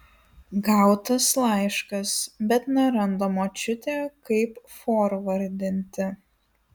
gautas laiškas bet neranda močiutė kaip forvardinti